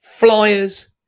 Flyers